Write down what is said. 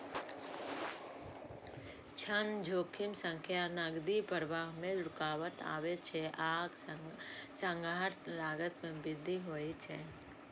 ऋण जोखिम सं नकदी प्रवाह मे रुकावट आबै छै आ संग्रहक लागत मे वृद्धि होइ छै